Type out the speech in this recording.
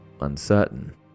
uncertain